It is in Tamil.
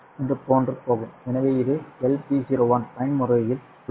இதுபோன்று போகும் எனவே இது LP01 பயன்முறையில் உள்ளது